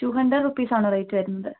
two hundred rupees ആണോ rate വരുന്നത്